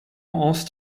hans